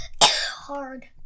hard